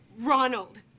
Ronald